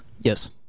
Yes